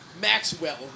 Maxwell